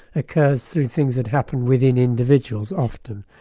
occurs through things that happened within individuals often.